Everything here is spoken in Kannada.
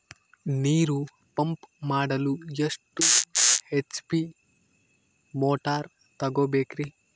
ನೀರು ಪಂಪ್ ಮಾಡಲು ಎಷ್ಟು ಎಚ್.ಪಿ ಮೋಟಾರ್ ತಗೊಬೇಕ್ರಿ?